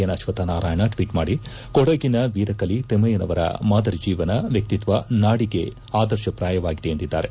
N Ashwath Narayan tweet ಮಾಡಿ ಕೊಡಗಿನ ವೀರಕಲಿ ತಿಮ್ಮಯ್ನವರ ಮಾದರಿ ಜೀವನ ವ್ಯಕ್ತಿತ್ವ ನಾಡಿಗೆ ಆದರ್ಶಪ್ರಾಯವಾಗಿದೆ ಎಂದಿದ್ದಾರೆ